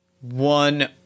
one